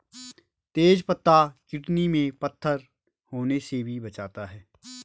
तेज पत्ता किडनी में पत्थर होने से भी बचाता है